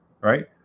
right